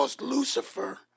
Lucifer